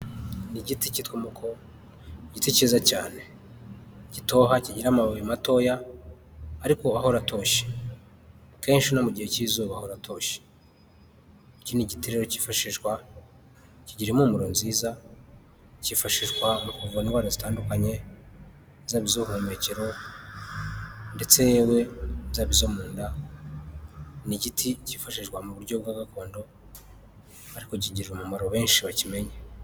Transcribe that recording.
Ni igiti kitwa umuko igiti cyiza cyane gitoha kigira amabuye matoya ariko aho atoshye kenshi no mu gihe cy'izuba ahora atoshye iki n'igiti cyifashishwa kigira impumuro nziza cyifashishwa mu kuvura indwara zitandukanye zaba izubuhumekero ndetse yewe zaba mu nda n'igiti cyifashishwa mu buryo bwa gakondo ariko kigirira umumaro benshi bakimenya.